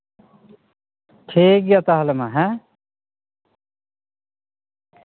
ᱴᱷᱤᱠ ᱜᱮᱭᱟ ᱛᱟᱦᱞᱮ ᱢᱟ ᱦᱮᱸ